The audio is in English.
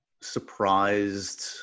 surprised